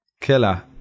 Killer